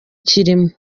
kirimo